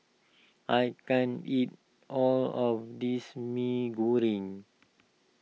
I can't eat all of this Mee Goreng